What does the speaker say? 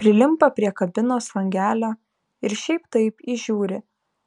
prilimpa prie kabinos langelio ir šiaip taip įžiūri